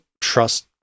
trust